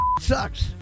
sucks